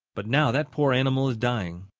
but now that poor animal is dying.